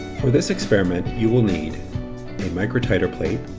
for this experiment, you will need a microtiter plate,